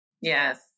Yes